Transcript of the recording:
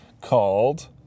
called